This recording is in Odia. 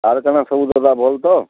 ଆର କାନା ସବୁ ଦାଦା ଭଲ୍ ତ